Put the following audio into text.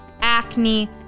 acne